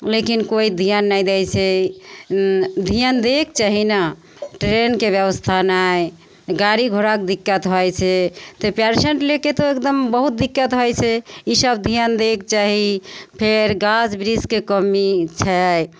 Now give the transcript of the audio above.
लेकिन कोइ धिआन नहि दै छै धिआन दैके चाही ने ट्रेनके बेबस्था नहि गाड़ी घोड़ाके दिक्कत होइ छै तऽ पेशेन्ट लैके तऽ एकदम बहुत दिक्कत होइ छै ईसब धिआन दैके चाही फेर गाछ बिरिछके कमी छै